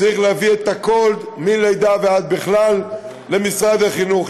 צריך להביא הכול, מלידה והלאה, למשרד החינוך.